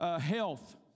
health